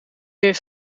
heeft